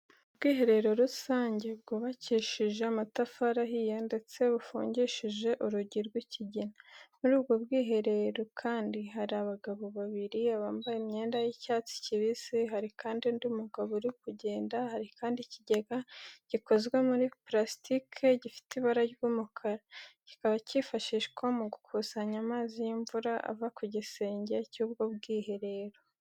Ubwiherero rusange bwubakishije amatafari ahiye ndetse bufungishije urugi rw'ikigina. Muri ubwo bwiherero kandi hari abagabo babiri, bambaye imyenda y'icyatsi kibisi, hari kandi undi mugabo uri kugenda. Hari kandi ikigega gikozwe muri purasitike gifite ibara ry'umukara, kikaba kifashishwa mu gukusanya amazi y'imvura ava ku gisenge cy'ubwo bwiherero.